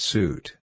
Suit